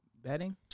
betting